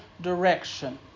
direction